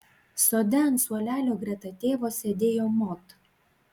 sode ant suolelio greta tėvo sėdėjo mod